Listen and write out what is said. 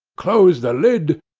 closed the lid,